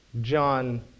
John